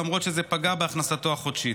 למרות שזה פגע בהכנסתו החודשית.